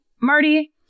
marty